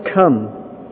come